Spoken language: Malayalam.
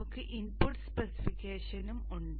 നമുക്ക് ഇൻപുട്ട് സ്പെസിഫിക്കേഷനും ഉണ്ട്